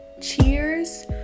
cheers